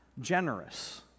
generous